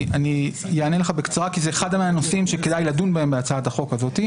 אני אענה לך בקצרה כי זה אחד הנושאים שכדאי לדון בהם בהצעת החוק הזאת.